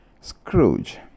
Scrooge